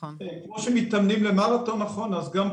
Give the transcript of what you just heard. כמו שמתאמנים למרתון נכון, אז גם פה,